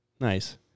Nice